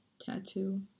tattoo